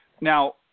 now